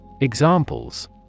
Examples